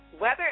weather